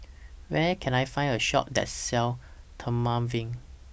Where Can I Find A Shop that sells Dermaveen